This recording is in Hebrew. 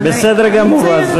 בסדר גמור.